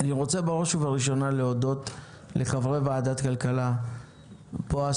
אני בראש ובראשונה מודה לחברי ועדת כלכלה בועז